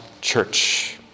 church